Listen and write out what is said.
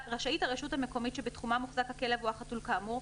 רשאית הרשות המקומית שבתחומה מוחזק הכלב או החתול כאמור,